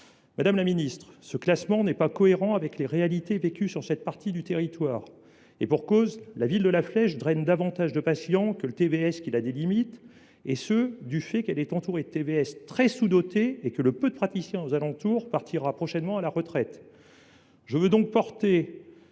zonage intermédiaire. Ce classement n’est pas cohérent avec les réalités vécues sur cette partie du territoire, et pour cause : la ville de La Flèche draine davantage de patients que le TVS qui la délimite, du fait qu’elle est entourée de TVS très sous dotés et que les quelques praticiens qui exercent alentour partiront prochainement à la retraite. Je veux donc porter